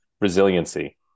resiliency